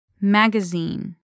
magazine